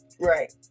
right